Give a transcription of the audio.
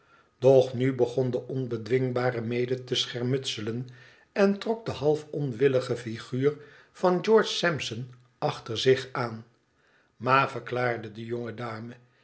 doch nu begon de onbedwingbare mede te schermutselen en trok de half onwillige figuur van george saropson achter zich aan ma verklaarde de